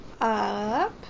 up